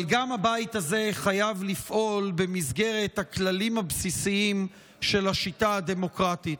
אבל הבית הזה גם חייב לפעול במסגרת הכללים הבסיסיים של השיטה הדמוקרטית,